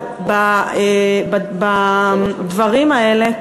בדברים האלה,